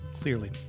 Clearly